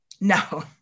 No